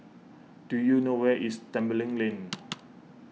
do you know where is Tembeling Lane